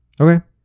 Okay